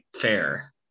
fair